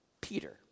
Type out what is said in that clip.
Peter